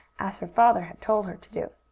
as her father had told her to do.